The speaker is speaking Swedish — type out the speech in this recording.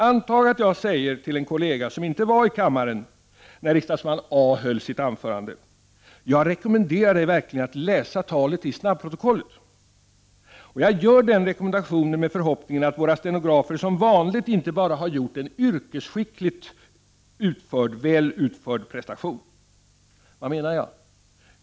Antag att jag säger till en kollega som inte var i kammaren när riksdagsmannen A höll sitt anförande: Jag rekommenderar dig verkligen att läsa talet i snabbprotokollet. Och jag gör den rekommendationen med förhoppningen att våra stenografer som vanligt inte bara har gjort en yrkesskicklig prestation. Vad menar jag?